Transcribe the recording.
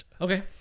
Okay